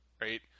right